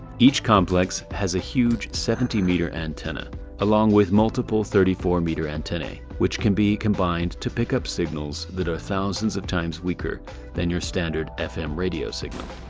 each complex has a huge seventy metre antenna along with multiple thirty four metre antennae which can be combined to pick up signals that are thousands of times weaker than your standard fm radio signal.